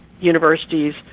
universities